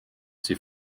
sie